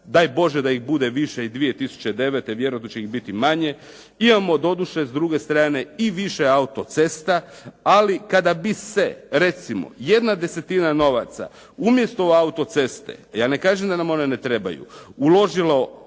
Daj Bože da ih bude i više 2009. vjerojatno će ih biti i manje. Imamo doduše s druge strane i više autocesta. Ali kada bi se recimo jedna desetina novca umjesto u autoceste, ja ne kažem da nam one ne trebaju, uložilo